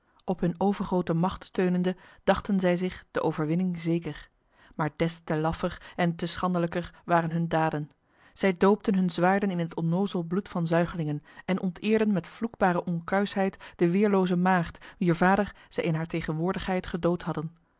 op hun overgrote macht steunende dachten zij zich de overwinning zeker maar des te laffer en te schandelijker waren hun daden zij doopten hun zwaarden in het onnozel bloed van zuigelingen en onteerden met vloekbare onkuisheid de weerloze maagd wier vader zij in haar tegenwoordigheid gedood hadden